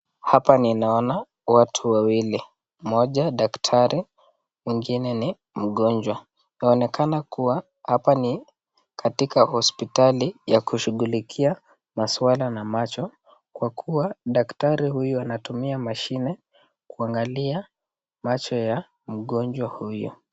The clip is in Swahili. Hapa ninaona watu wawili, mmoja daktari, mwingine ni mgonjwa. Inaonekana kuwa hapa ni katika hospitali ya kushughulikia maswala na macho kwa kuwa daktari huyu anatumia mashine kuangalia macho ya mgonjwa huyo.